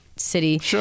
city